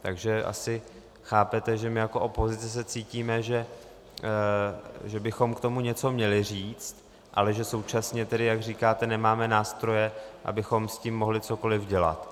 Takže asi chápete, že my jako opozice se cítíme, že bychom k tomu něco měli říct, ale že současně tedy, jak říkáte, nemáme nástroje, abychom s tím mohli cokoliv dělat.